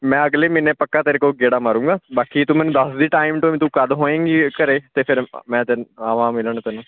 ਮੈਂ ਅਗਲੇ ਮਹੀਨੇ ਪੱਕਾ ਤੇਰੇ ਕੋਲ ਗੇੜਾ ਮਾਰੂੰਗਾ ਬਾਕੀ ਤੂੰ ਮੈਨੂੰ ਦੱਸ ਦੇਵੀਂ ਟਾਈਮ ਟੂਇਮ ਤੂੰ ਕਦ ਹੋਏਂਗੀ ਘਰੇ ਅਤੇ ਫਿਰ ਮੈਂ ਤੈਨ ਆਵਾਂ ਮਿਲਣ ਤੈਨੂੰ